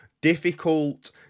Difficult